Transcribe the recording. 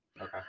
Okay